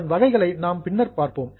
அதன் வகைகளை நாம் பின்னர் பார்ப்போம்